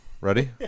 Ready